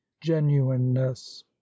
genuineness